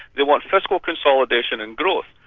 they want fiscal consolidation and growth.